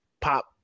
pop